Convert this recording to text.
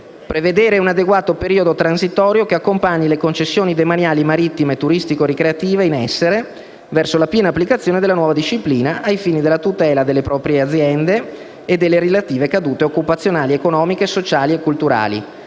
prevedere un adeguato periodo transitorio che accompagni le concessioni demaniali marittime turistico-ricreative in essere verso la piena applicazione della nuova disciplina, ai fini della tutela delle proprie aziende e delle relative ricadute occupazionali, economiche, sociali e culturali».